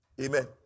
Amen